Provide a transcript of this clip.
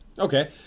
Okay